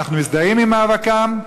אנחנו מזדהים עם מאבקם,